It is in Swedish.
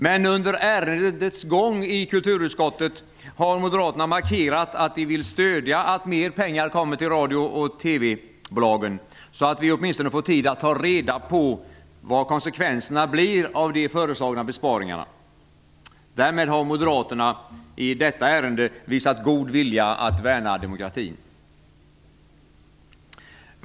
Men under ärendets gång i kulturutskottet har moderaterna markerat att de vill stödja att radio och TV bolagen får mer pengar, så att man åtminstone får tid att ta reda på vilka konsekvenser de föreslagna besparingarna får. Därmed har moderaterna i detta ärende visat god vilja att värna demokratin.